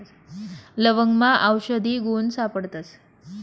लवंगमा आवषधी गुण सापडतस